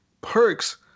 perks